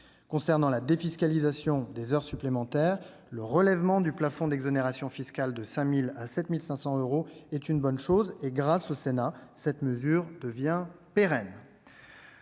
Concernant la défiscalisation des heures supplémentaires, le relèvement du plafond d'exonération fiscale de 5 000 euros à 7 500 euros est une bonne chose ; grâce au Sénat, cette mesure devient pérenne.